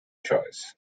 choice